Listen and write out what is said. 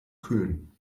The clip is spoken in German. kühlen